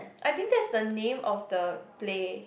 I think that's the name of the play